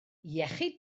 iechyd